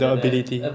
the ability